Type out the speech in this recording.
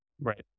Right